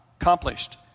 accomplished